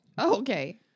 okay